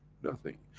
nothing.